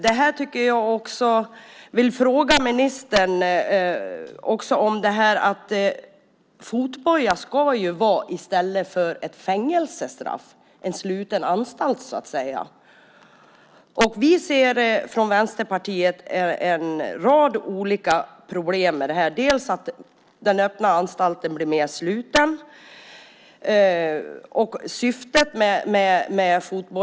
Jag vill ställa några frågor till ministern. Fotboja ska vara i stället för ett fängelsestraff, det vill säga en sluten anstalt. Vi från Vänsterpartiet ser en rad olika problem med det. Det innebär att den öppna anstalten blir mer sluten.